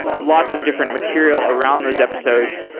lots of different material around those episodes.